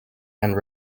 and